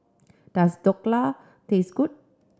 does Dhokla taste good